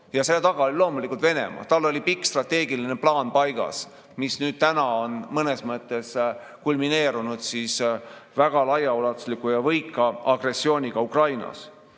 Selle taga oli loomulikult Venemaa. Tal oli pikk strateegiline plaan paigas, mis nüüd on mõnes mõttes kulmineerunud väga laiaulatusliku ja võika agressiooniga Ukrainas.